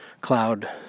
cloud